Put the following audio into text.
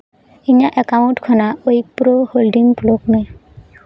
ᱤᱧᱟᱹᱜ ᱮᱠᱟᱣᱩᱱᱴ ᱠᱷᱚᱱᱟᱜ ᱩᱭᱯᱨᱳ ᱦᱳᱞᱰᱤᱝ ᱢᱮ